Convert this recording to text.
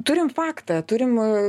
turim faktą turim